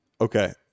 Okay